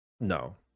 no